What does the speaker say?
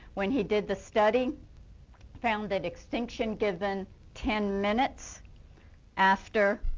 when he did the study found that extinction given ten minutes after